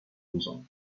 duzą